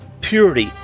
purity